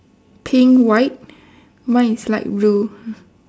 pink white mine is light blue